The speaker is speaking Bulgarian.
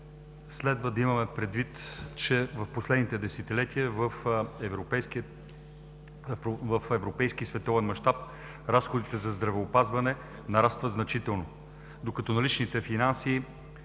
следва да имаме предвид, че в последните десетилетия в европейски и световен мащаб разходите за здравеопазване нарастват значително, докато наличните финансови